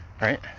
right